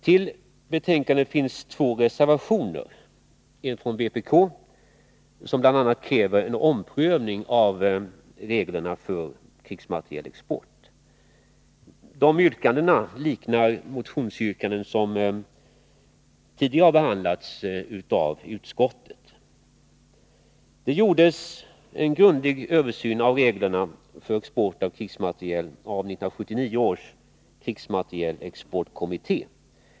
Två reservationer är fogade till betänkandet, en från vpk, som bl.a. kräver en omprövning av reglerna för krigsmaterielexport. Dessa yrkanden liknar motionsyrkanden som tidigare behandlats av utskottet. En grundlig översyn av reglerna för export av krigsmateriel gjordes av 1979 års krigsmaterielexportkomitté.